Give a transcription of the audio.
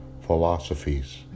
philosophies